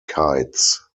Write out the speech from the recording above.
kites